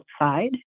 outside